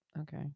Okay